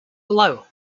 below